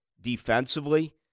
defensively